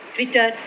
Twitter